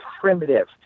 primitive